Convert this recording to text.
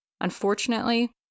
Unfortunately